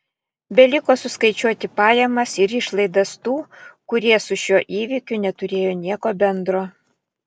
beliko suskaičiuoti pajamas ir išlaidas tų kurie su šiuo įvykiu neturėjo nieko bendro